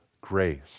grace